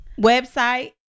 website